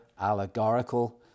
allegorical